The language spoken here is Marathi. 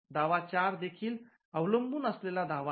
दावा ४ देखील अवलंबून असलेला दावा आहे